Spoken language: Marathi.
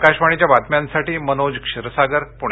आकाशवाणीच्या बातम्यास्तिठी मनोज क्षीरसागर पुणे